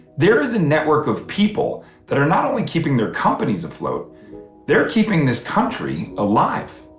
there is a network of people that are not only keeping their companies afloat they're keeping this country alive